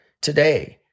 today